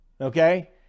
Okay